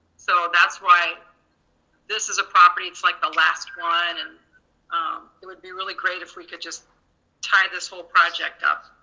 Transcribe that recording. so that's why this is a property, it's like the last one, and it would be really really great if we could just tie this whole project up,